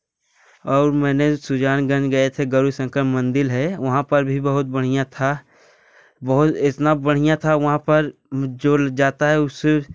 और मैंने सुजानगंज गए थे गौरी शंकर मंदिर है वहाँ पर भी बहुत बढ़िया था बहुत इतना बढ़िया था वहाँ पर जो जाता है उसे